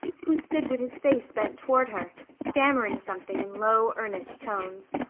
who stood with his face bent toward her, stammering something in low earnest tones.